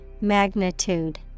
magnitude